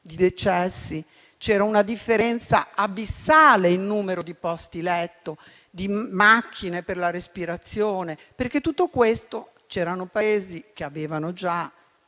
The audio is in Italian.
di decessi - c'era una differenza abissale in numero di posti letto e di macchine per la respirazione? C'erano Paesi che avevano già